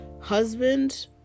Husband